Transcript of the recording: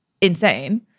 insane